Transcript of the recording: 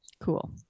Cool